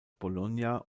bologna